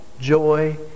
joy